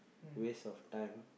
waste of time